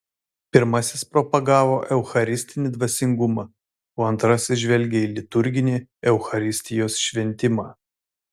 pirmasis propagavo eucharistinį dvasingumą o antrasis žvelgė į liturginį eucharistijos šventimą